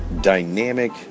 dynamic